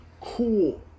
Cool